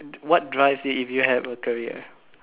what drives you if you have a career